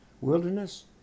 wilderness